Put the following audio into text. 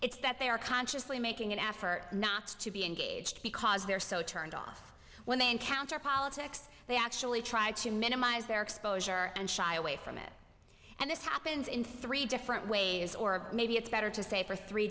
it's that they are consciously making an effort not to be engaged because they're so turned off when they encounter politics they actually try to minimize their exposure and shy away from it and this happens in three different ways or maybe it's better to say for three